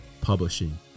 Publishing